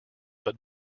but